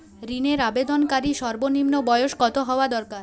ঋণের আবেদনকারী সর্বনিন্ম বয়স কতো হওয়া দরকার?